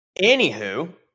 anywho